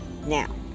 Now